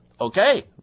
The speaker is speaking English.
Okay